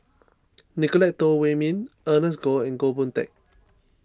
Nicolette Teo Wei Min Ernest Goh and Goh Boon Teck